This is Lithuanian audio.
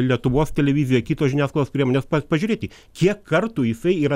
lietuvos televizija kitos žiniasklaidos priemonės pa pažiūrėti kiek kartų jisai yra